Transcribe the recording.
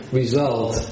result